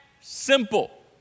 simple